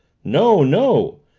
no, no!